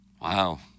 Wow